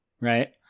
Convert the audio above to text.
right